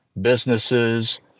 businesses